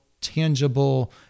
tangible